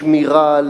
לשמירה,